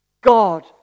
God